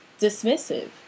dismissive